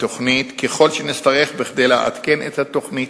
ככל שנצטרך כדי לעדכן את התוכנית.